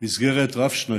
מסגרת רב-שנתית,